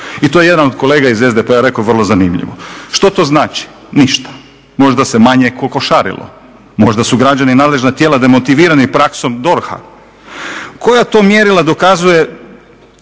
i to je jedan od kolega iz SDP-a rekao vrlo zanimljivo. Što to znači? Ništa. Možda se manje kokošarilo, možda su građani, nadležna tijela demotivirani praksom DORH-a. Koja to mjerila dokazuju